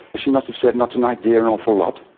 she must have said not tonight dear an awful lot.